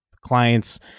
clients